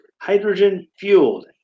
hydrogen-fueled